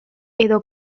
edo